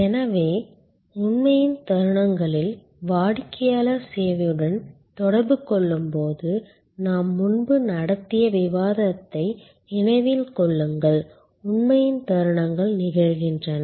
எனவே உண்மையின் தருணங்களில் வாடிக்கையாளர் சேவையுடன் தொடர்பு கொள்ளும்போது நாம் முன்பு நடத்திய விவாதத்தை நினைவில் கொள்ளுங்கள் உண்மையின் தருணங்கள் நிகழ்கின்றன